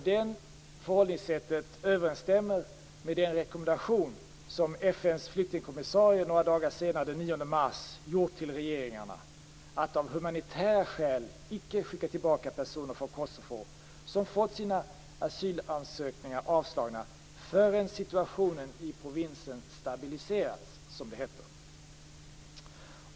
Det förhållningssättet överensstämmer med den rekommendation som FN:s flyktingkommissarie några dagar senare, den 9 mars, gjort till regeringarna, att av humanitära skäl inte skicka tillbaka personer från Kosovo som fått sina asylansökningar avslagna förrän situationen i provinsen stabiliserats, som det heter.